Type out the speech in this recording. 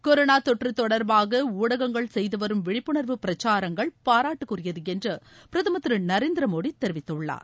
corona தொற்று தொடர்பாக ஊடகங்கள் செய்து வரும் விழிப்புணர்வு பிரச்சாரங்கள் பாராட்டுக்குரியது என்று பிரதமர் திரு நரேந்திரமோடி தெரிவித்துள்ளார்